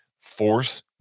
force